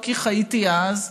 לא כי חייתי אז,